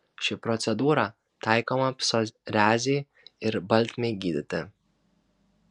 ši procedūra taikoma psoriazei ir baltmei gydyti